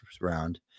round